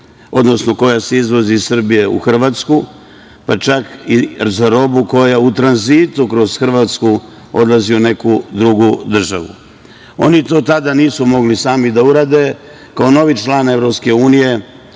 robu koja se izvozi iz Srbije u Hrvatsku, pa čak i za robu koja u tranzitu kroz Hrvatsku odlazi u neku drugu državu. Oni to tada nisu mogli sami da urade, kao novi član EU. Oni